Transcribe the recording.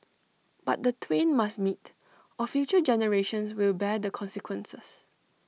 but the twain must meet or future generations will bear the consequences